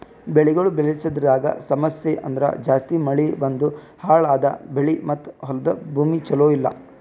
ಬೆಳಿಗೊಳ್ ಬೆಳಸದ್ರಾಗ್ ಸಮಸ್ಯ ಅಂದುರ್ ಜಾಸ್ತಿ ಮಳಿ ಬಂದು ಹಾಳ್ ಆದ ಬೆಳಿ ಮತ್ತ ಹೊಲದ ಭೂಮಿ ಚಲೋ ಇಲ್ಲಾ